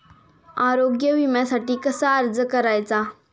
आरोग्य विम्यासाठी कसा अर्ज करायचा?